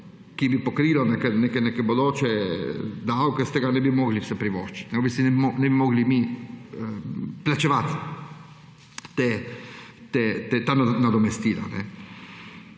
ki bi pokrilo neke bodoče davke, si brez tega ne bi mogli privoščiti, ne bi mogli plačevati teh nadomestil.